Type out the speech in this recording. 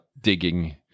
digging